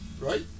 right